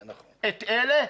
את אלה?